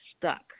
stuck